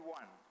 one